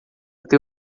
ter